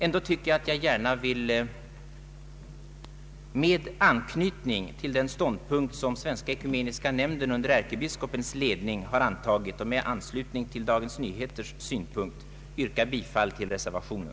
Ändå vill jag — med anknytning dels till den ståndpunkt som Svenska ekumeniska nämnden under ärkebiskopens ledning har intagit, dels till Dagens Nyheters ställningstagande — yrka bifall till reservationen.